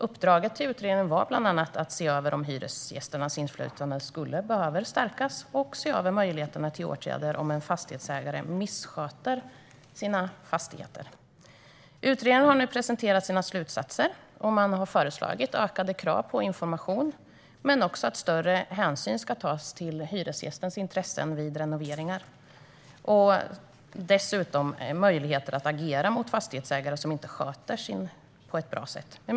Uppdraget till utredningen var bland annat att se över om hyresgästernas inflytande behöver stärkas och se över möjligheterna att vidta åtgärder om en fastighetsägare missköter sina fastigheter. Utredningen har nu presenterat sina slutsatser, och man har föreslagit ökade krav på information och att större hänsyn ska tas till hyresgästernas intressen vid renoveringar. Dessutom behövs möjligheter att agera mot fastighetsägare som inte sköter sig på ett bra sätt.